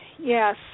Yes